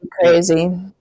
crazy